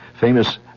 famous